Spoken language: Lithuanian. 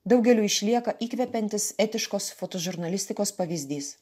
daugeliui išlieka įkvepiantis etiškos fotožurnalistikos pavyzdys